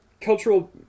cultural